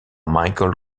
michael